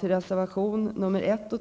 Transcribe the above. till reservationerna 1